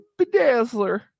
Bedazzler